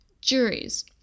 juries